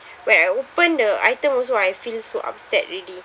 when I open the item also I feel so upset already